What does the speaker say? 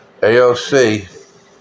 AOC